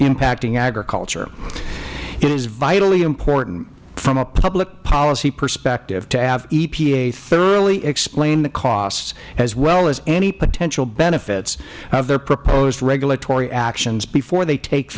impacting agriculture it is vitally important from a public policy perspective to have epa thoroughly explain the costs as well as any potential benefits of their proposed regulatory actions before they take